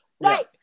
right